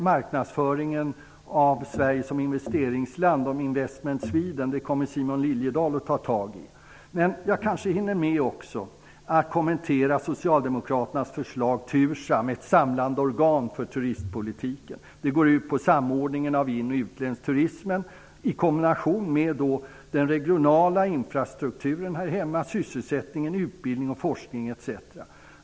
Marknadsföringen av Sverige som investeringsland, genom Invest in Sweden, kommer Simon Liliedahl att ta tag i. Jag hinner kanske med att också kommentera Socialdemokraternas förslag TURSAM, ett samlande organ för turistpolitiken. Det går ut på en samordning av inoch utlandsturismen i kombination med den regionala infrastrukturen här hemma, sysselsättningen, utbildning och forskning etc.